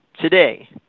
today